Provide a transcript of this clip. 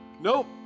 Nope